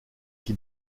qui